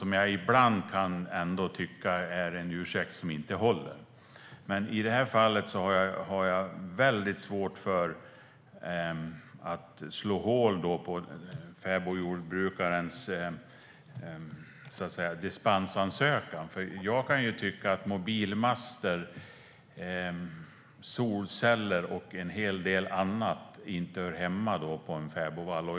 Jag kan ibland tycka att det är ursäkter som inte håller. Men i det här fallet har jag väldigt svårt att slå hål på fäbodjordbrukarens dispensansökan. Jag kan tycka att mobilmaster, solceller och en hel del annat inte hör hemma på en fäbodvall.